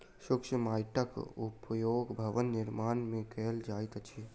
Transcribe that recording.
शुष्क माइटक उपयोग भवन निर्माण मे कयल जाइत अछि